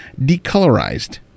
decolorized